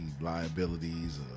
liabilities